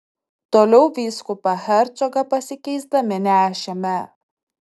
toliau vyskupą hercogą pasikeisdami nešėme